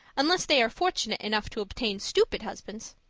unless they are fortunate enough to obtain stupid husbands.